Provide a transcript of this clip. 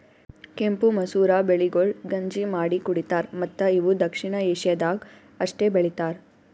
ಕೆಂಪು ಮಸೂರ ಬೆಳೆಗೊಳ್ ಗಂಜಿ ಮಾಡಿ ಕುಡಿತಾರ್ ಮತ್ತ ಇವು ದಕ್ಷಿಣ ಏಷ್ಯಾದಾಗ್ ಅಷ್ಟೆ ಬೆಳಿತಾರ್